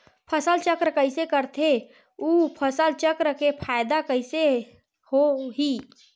फसल चक्र कइसे करथे उ फसल चक्र के फ़ायदा कइसे से होही?